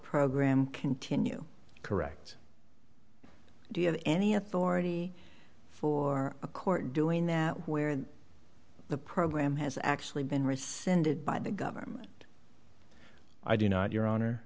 program continue correct do you have any authority for a court doing that where the program has actually been rescinded by the government i do not your